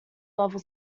level